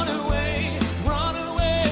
away and and run away